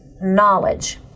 knowledge